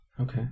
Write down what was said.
Okay